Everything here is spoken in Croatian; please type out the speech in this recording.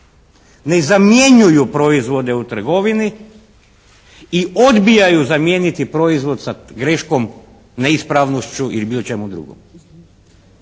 Ne zamjenjuju proizvode u trgovini i odbijaju zamijeniti proizvod sa greškom neispravnošću ili bilo čemu drugom.